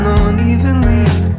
unevenly